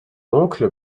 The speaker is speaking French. oncle